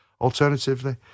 Alternatively